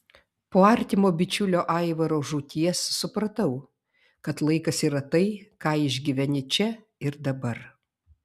po artimo bičiulio aivaro žūties supratau kad laikas yra tai ką išgyveni čia ir dabar